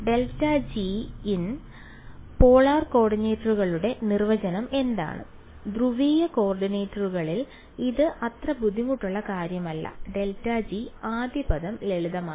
∇Gin polar കോർഡിനേറ്റുകളുടെ നിർവചനം എന്താണ് ധ്രുവീയ കോർഡിനേറ്റുകളിൽ ഇത് അത്ര ബുദ്ധിമുട്ടുള്ള കാര്യമല്ല ∇G ആദ്യ പദം ലളിതമാണ്